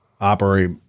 operate